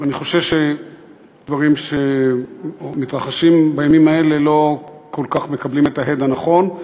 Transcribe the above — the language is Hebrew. אני חושש שדברים שמתרחשים בימים האלה לא כל כך מקבלים את ההד הנכון.